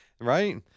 right